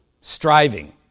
striving